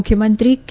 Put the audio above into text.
મુખ્યમંત્રી કે